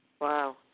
wow